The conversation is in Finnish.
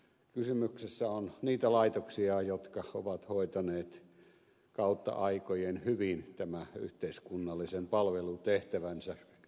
se on niitä laitoksia jotka ovat hoitaneet kautta aikojen hyvin tämän yhteiskunnallisen palvelutehtävänsä